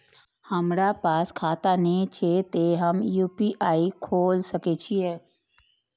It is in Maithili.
हमरा पास खाता ने छे ते हम यू.पी.आई खोल सके छिए?